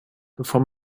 bevor